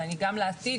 ואני גם לעתיד,